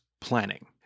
planning